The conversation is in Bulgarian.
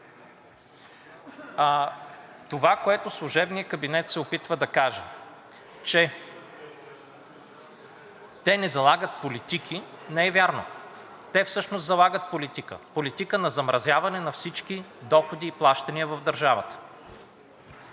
Това, което служебният кабинет се опитва да каже, че те не залагат политики – не е вярно. Те всъщност залагат политика, политика на замразяване на всички доходи и плащания в държавата.